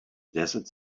desert